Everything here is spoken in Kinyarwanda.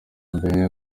mbere